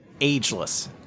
ageless